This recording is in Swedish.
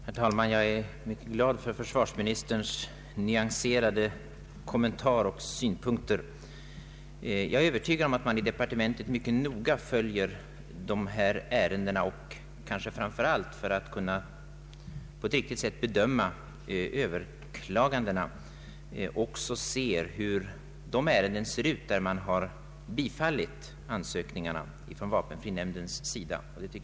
Herr talman! Jag är tacksam för försvarsministerns nyanserade kommentarer och synpunkter och för beskedet att man i departementet noga följer detta ärendeområde, för att kunna på ett riktigt sätt bedöma överklagandena, och därvid också granskar de fall där vapenfrinämnden har bifallit ansökningarna. Det är bra.